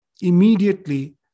immediately